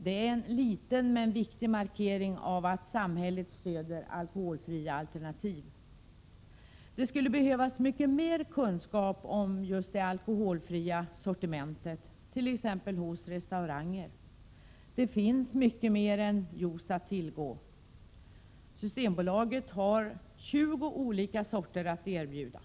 Det är en liten, men viktig markering av att samhället stöder alkoholfria alternativ. Det skulle behövas mycket mer kunskap om just det alkoholfria sortimentet, t.ex. hos restauranger. Det finns mycket mer än juice att tillgå. Systembolaget har 20 olika sorter att erbjuda.